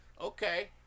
Okay